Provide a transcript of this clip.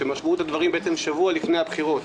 שבוע לפני בחירות,